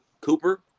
Cooper